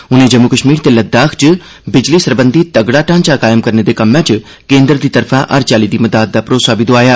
उनें जम्मू कश्मीर ते लद्दाख च बिजली सरबंधी तगड़ा ढांचा कायम करने दे कम्मै च केन्द्र दी तरफा हर चाल्ली दी मदाद दा भरोसा बी दोआया